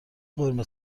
قرمه